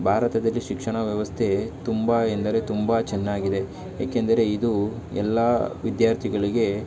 ಭಾರತದಲ್ಲಿ ಶಿಕ್ಷಣ ವ್ಯವಸ್ಥೆ ತುಂಬ ಎಂದರೆ ತುಂಬ ಚೆನ್ನಾಗಿದೆ ಏಕೆಂದರೆ ಇದು ಎಲ್ಲ ವಿದ್ಯಾರ್ಥಿಗಳಿಗೆ